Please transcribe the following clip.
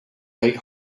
late